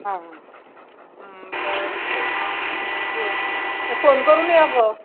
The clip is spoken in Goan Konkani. हा आं बरें तर यो फोन करून यो गो